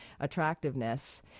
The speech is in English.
attractiveness